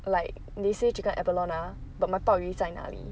like they say chicken abalone ah but my 鲍鱼在哪里